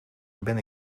ben